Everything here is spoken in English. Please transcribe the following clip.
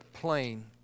plane